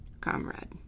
comrade